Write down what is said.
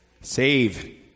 Save